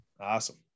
Awesome